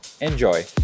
enjoy